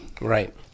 Right